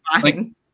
fine